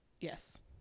Yes